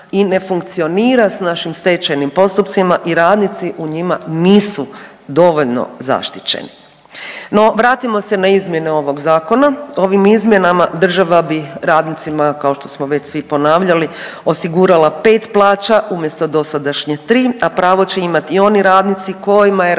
i ne funkcionira s našim stečajnim postupcima i radnici u njima nisu dovoljno zaštićeni. No vratimo se na izmjene ovog zakona, ovim izmjenama država bi radnicima, kao što smo već svi ponavljali osigurala pet plaća umjesto dosadašnje tri, a pravo će imati i oni radnicima kojima je